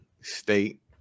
state